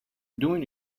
doing